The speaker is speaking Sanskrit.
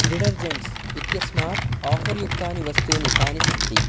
डिटर्जेण्ट्स् इत्यस्मात् आफ़र् युक्तानि वस्तूनि कानि सन्ति